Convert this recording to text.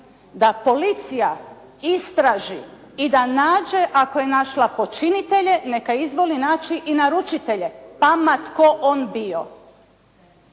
da policija istraži i da nađe ako je našla počinitelje neka izvoli naći i naručitelje. Pa ma tko on bio.